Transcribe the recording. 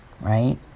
right